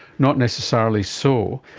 not necessarily so.